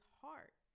heart